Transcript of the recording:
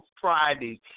Friday